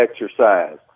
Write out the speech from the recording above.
exercise